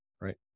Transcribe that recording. right